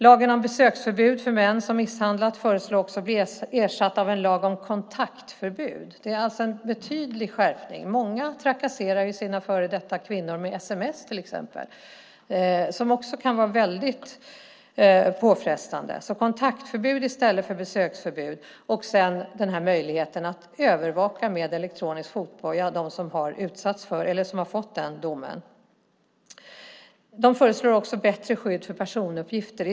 Lagen om besöksförbud för män som misshandlat föreslås också bli ersatt av en lag om kontaktförbud. Det är alltså en betydlig skärpning. Många trakasserar ju sina före detta kvinnor med sms till exempel, som också kan vara väldigt påfrestande, alltså kontaktförbud i stället för besöksförbud. Sedan finns möjligheten att övervaka dem som har fått den domen med elektronisk fotboja. De föreslår också bättre skydd för personuppgifter.